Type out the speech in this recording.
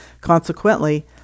Consequently